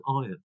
iron